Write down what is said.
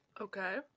okay